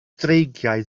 dreigiau